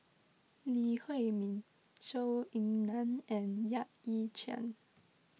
Lee Huei Min Zhou Ying Nan and Yap Ee Chian